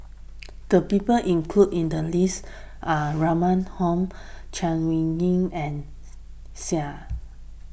the people included in the list are Rahim Omar Chay Weng Yew and Seah